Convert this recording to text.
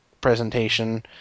presentation